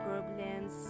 Problems